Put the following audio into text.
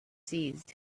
seized